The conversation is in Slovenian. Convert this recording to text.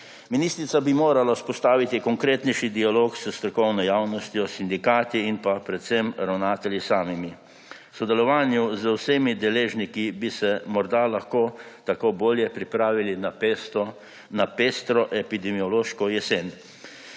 Ministrica bi morala vzpostaviti konkretnejši dialog s strokovno javnostjo, sindikati in predvsem ravnatelji samimi. V sodelovanju z vsemi deležniki bi se morda lahko tako bolje pripravili na pestro epidemiološko jesen.